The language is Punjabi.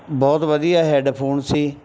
ਬਹੁਤ ਵਧੀਆ ਹੈੱਡਫੋਨ ਸੀ